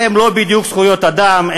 שהם לא בדיוק זכויות אדם,